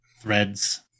threads